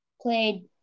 played